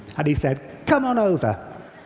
and he said, come on over!